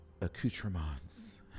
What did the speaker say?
accoutrements